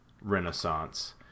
renaissance